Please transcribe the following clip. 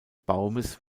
baumes